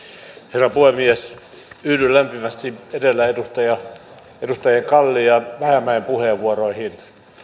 herra puhemies yhdyn lämpimästi edellä oleviin edustajien kalli ja vähämäki puheenvuoroihin